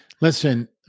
Listen